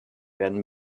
werden